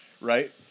Right